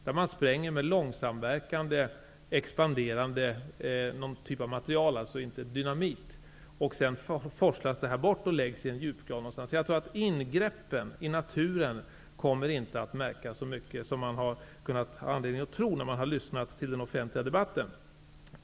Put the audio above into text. Man skall spränga med ett material -- inte dynamit -- som är långsamverkande och expanderande. Materian forslas bort till någon djupgrav. Jag tror att ingreppen i naturen inte kommer att märkas så mycket som man har haft anledning att tro när man har lyssnat till den offentliga debatten.